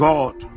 God